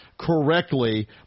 correctly